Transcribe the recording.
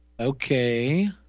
Okay